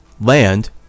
land